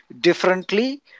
differently